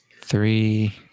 three